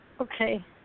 Okay